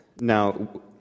Now